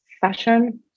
fashion